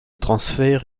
transfert